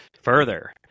further